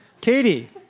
Katie